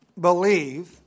believe